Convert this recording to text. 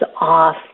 off